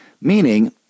meaning